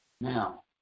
Now